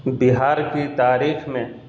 بہار کی تاریخ میں